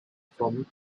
from